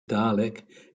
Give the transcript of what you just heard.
dalek